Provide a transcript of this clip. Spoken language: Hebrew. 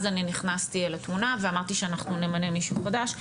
אני נכנסתי לתמונה ואמרתי שאנחנו נמנה מישהו חדש.